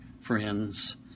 friends